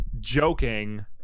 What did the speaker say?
joking